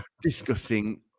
discussing